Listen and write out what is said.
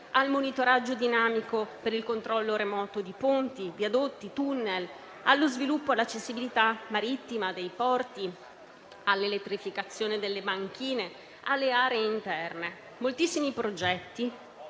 il monitoraggio dinamico per il controllo remoto di ponti, viadotti e tunnel, lo sviluppo e l'accessibilità marittima dei porti, l'elettrificazione delle banchine e le aree interne. Si tratta